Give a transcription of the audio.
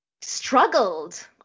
struggled